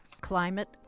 climate